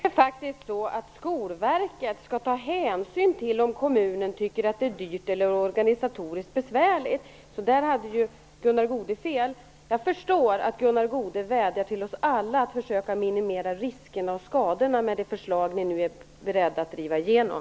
Herr talman! Skolverket skall ta hänsyn till om kommunen tycker att det är dyrt eller organisatoriskt besvärligt. Där hade Gunnar Goude fel. Jag förstår att Gunnar Goude vädjar till oss alla att försöka minimera riskerna och skadorna med det förslag ni nu är beredda att driva igenom.